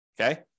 Okay